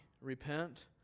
repent